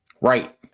right